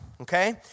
okay